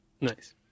Nice